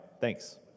Thanks